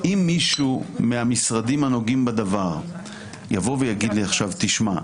אם מישהו מהמשרדים הנוגעים בדבר יבוא ויגיד לי עכשיו: תשמע,